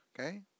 Okay